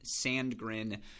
Sandgren